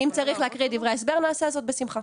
אם צריך להקריא את דברי ההסבר, נעשה זאת בשמחה.